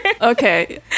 Okay